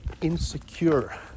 insecure